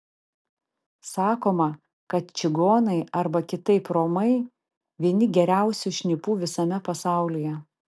sakoma kad čigonai arba kitaip romai vieni geriausių šnipų visame pasaulyje